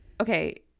Okay